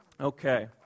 Okay